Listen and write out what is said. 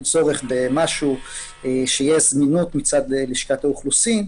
צורך שתהיה זמינות מצד לשכת האוכלוסין.